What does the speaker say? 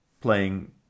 playing